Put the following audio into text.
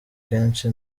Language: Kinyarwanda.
kenshi